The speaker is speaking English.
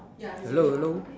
hello hello